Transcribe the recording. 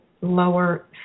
lower